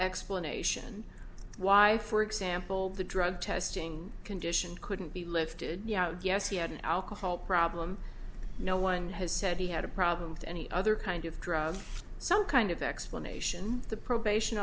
explanation why for example the drug testing condition couldn't be lifted yes he had an alcohol problem no one has said he had a problem with any other kind of drug some kind of explanation the probation